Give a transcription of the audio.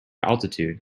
altitude